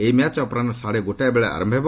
ଏହି ମ୍ୟାଚ୍ ଅପରାହୁ ସାଢ଼େ ଗୋଟାଏବେଳେ ଆରମ୍ଭ ହେବ